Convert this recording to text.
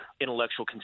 intellectual